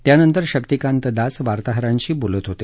त्यानंतर शक्तिकांत दास वार्ताहरांशी बोलत होते